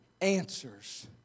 answers